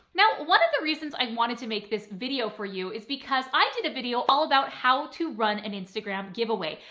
now, one of the reasons i wanted to make this video for you is because i did a video all about how to run an instagram giveaway.